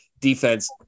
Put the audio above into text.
defense